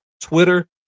Twitter